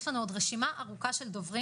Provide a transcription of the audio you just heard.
יש לנו עוד רשימה ארוכה של דוברים,